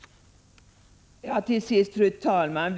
Till sist, fru talman!